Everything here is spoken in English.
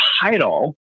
title